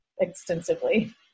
extensively